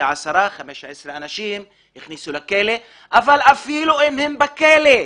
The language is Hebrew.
כ-15-10 אנשים והכניסו לכלא אבל אפילו אם הם בכלא,